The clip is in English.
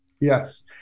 Yes